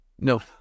No